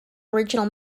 original